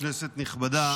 כנסת נכבדה,